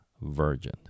virgin